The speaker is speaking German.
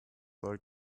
davon